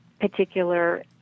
particular